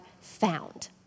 found